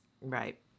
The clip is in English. right